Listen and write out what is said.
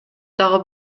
дагы